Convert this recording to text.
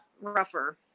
rougher